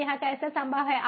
तो यह कैसे संभव है